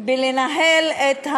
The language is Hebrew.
בניהול החיים.